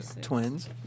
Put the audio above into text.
Twins